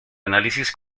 análisis